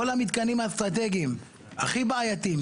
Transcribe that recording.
כל המתקנים האסטרטגים הכי בעייתיים,